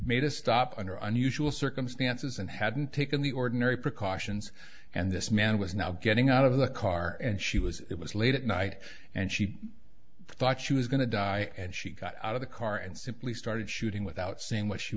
made a stop under unusual circumstances and hadn't taken the ordinary precautions and this man was now getting out of the car and she was it was late at night and she thought she was going to die and she got out of the car and simply started shooting without saying what she